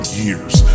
years